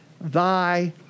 thy